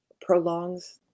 prolongs